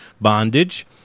bondage